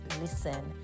listen